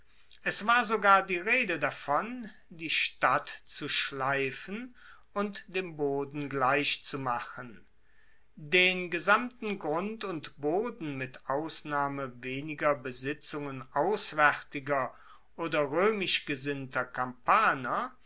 es war sogar die rede davon die stadt zu schleifen und dem boden gleichzumachen den gesamten grund und boden mit ausnahme weniger besitzungen auswaertiger oder roemisch gesinnter kampaner